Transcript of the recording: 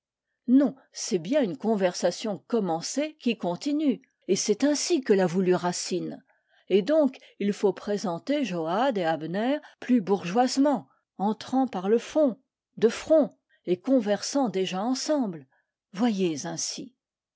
non c'est bien une conversation commencée qui continue et c'est ainsi que l'a voulu racine et donc il faut présenter joad et abner plus bourgeoisement entrant par le fond de front et conversant déjà ensemble voyez ainsi